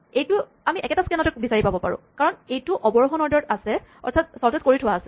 এইটো আমি এটা স্কেনতে বিচাৰি পাব পাৰোঁ কাৰণ এইটো অৱৰোহন অৰ্ডাৰত আছে অৰ্থাৎ চৰ্টেট কৰি থোৱা আছে